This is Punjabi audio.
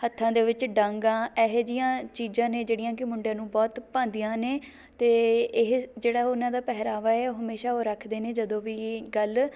ਹੱਥਾਂ ਦੇ ਵਿੱਚ ਡਾਂਗਾਂ ਇਹੋ ਜਿਹੀਆਂ ਚੀਜ਼ਾਂ ਨੇ ਜਿਹੜੀਆਂ ਕਿ ਮੁੰਡਿਆਂ ਨੂੰ ਬਹੁਤ ਭਾਉਂਦੀਆਂ ਨੇ ਅਤੇ ਇਹ ਜਿਹੜਾ ਉਹਨਾਂ ਦਾ ਪਹਿਰਾਵਾ ਹੈ ਉਹ ਹਮੇਸ਼ਾ ਉਹ ਰੱਖਦੇ ਨੇ ਜਦੋਂ ਵੀ ਗੱਲ